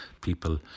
People